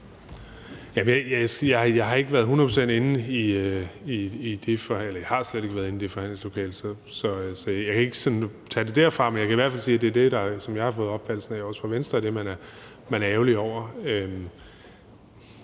Jeg har slet ikke været inde i det forhandlingslokale, så jeg kan ikke tage det derfra, men jeg kan i hvert fald sige, at det er det, jeg har fået opfattelsen af man Venstres side er ærgerlig over.